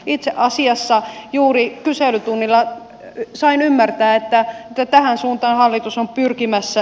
itse asiassa juuri kyselytunnilla sain ymmärtää että tähän suuntaan hallitus on pyrkimässä